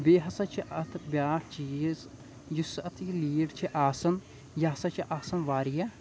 بیٚیہِ ہسا چھُ اتھ بیٛاکھ چیٖز یُس اتھ یہِ لیٖڈ چھِ آسان یہِ ہسا چھِ آسان واریاہ